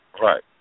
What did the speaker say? Right